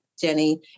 Jenny